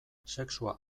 sexua